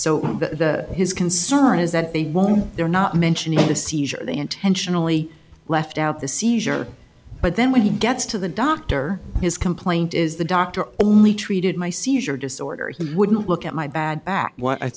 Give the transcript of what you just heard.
so that his concern is that they while they're not mentioning to see they intentionally left out the seizure but then when he gets to the doctor his complaint is the doctor only treated my seizure disorder he wouldn't look at my bad back what i